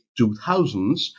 2000s